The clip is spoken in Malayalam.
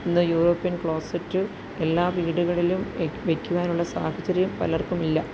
ഇന്ന് യൂറോപ്യൻ ക്ലോസറ്റ് എല്ലാവീടുകളിലും വെയ് വെയ്ക്കുവാനുള്ള സാഹചര്യം പലർക്കുമില്ല